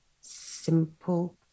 simple